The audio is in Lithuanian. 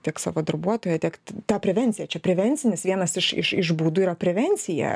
tiek savo darbuotoją tiek ta prevencija čia prevencinis vienas iš iš iš būdų yra prevencija